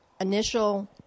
initial